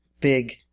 big